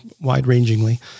wide-rangingly